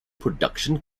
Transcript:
production